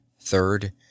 third